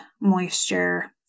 moisture